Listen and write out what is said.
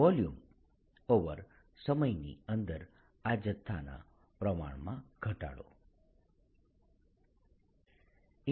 volume સમયની અંદર આ જથ્થાના પ્રમાણમાં ઘટાડો j